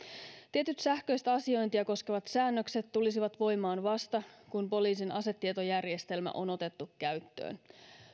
tietyt sähköistä asiointia koskevat säännökset tulisivat voimaan vasta kun poliisin asetietojärjestelmä on otettu käyttöön